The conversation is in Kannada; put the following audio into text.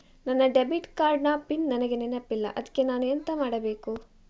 ನನ್ನ ಡೆಬಿಟ್ ಕಾರ್ಡ್ ನ ಪಿನ್ ನನಗೆ ನೆನಪಿಲ್ಲ ಅದ್ಕೆ ನಾನು ಎಂತ ಮಾಡಬೇಕು?